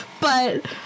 but-